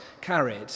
carried